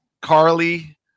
Carly